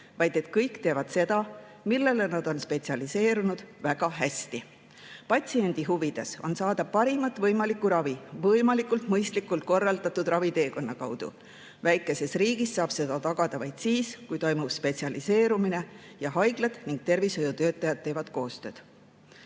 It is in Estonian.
vaid et kõik teevad seda, millele nad on spetsialiseerunud, väga hästi. Patsiendi huvides on saada parimat võimalikku ravi võimalikult mõistlikult korraldatud raviteekonna kaudu. Väikeses riigis saab seda tagada vaid siis, kui toimub spetsialiseerumine ning haiglad ja tervishoiutöötajad teevad